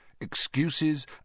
Excuses